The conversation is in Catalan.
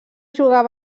jugar